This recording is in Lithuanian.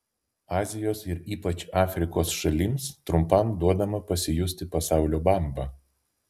azijos ir ypač afrikos šalims trumpam duodama pasijusti pasaulio bamba